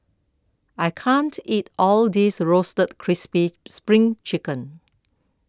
I can't eat all of this Roasted Crispy Spring Chicken